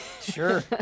sure